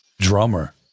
drummer